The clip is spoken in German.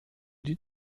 die